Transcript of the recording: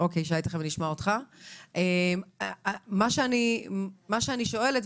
מה שאני שואלת,